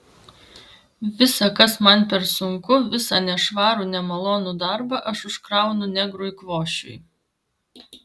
visa kas man per sunku visą nešvarų nemalonų darbą aš užkraunu negrui kvošiui